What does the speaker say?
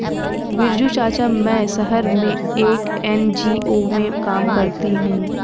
बिरजू चाचा, मैं शहर में एक एन.जी.ओ में काम करती हूं